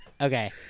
okay